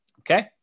Okay